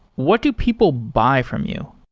what do people buy from you?